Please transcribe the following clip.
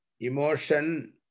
emotion